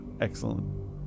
excellent